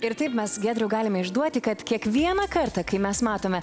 ir taip mes giedriau galime išduoti kad kiekvieną kartą kai mes matome